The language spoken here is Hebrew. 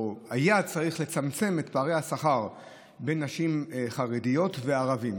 או שהיה צריך לצמצם את פערי השכר בין נשים חרדיות וערבים